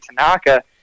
Tanaka